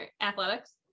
Athletics